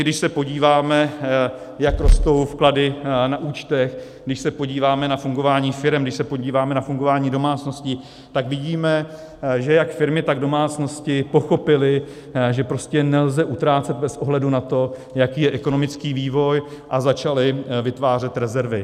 Když se podíváme, jak rostou vklady na účtech, když se podíváme na fungování firem, když se podíváme na fungování domácností, tak vidíme, že jak firmy, tak domácnosti pochopily, že prostě nelze utrácet bez ohledu na to, jaký je ekonomický vývoj, a začaly vytvářet rezervy.